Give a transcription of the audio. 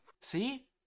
See